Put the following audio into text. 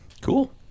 Cool